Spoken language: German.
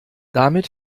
damit